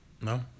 No